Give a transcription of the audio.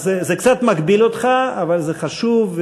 אז זה קצת מגביל אותך, אבל זה חשוב.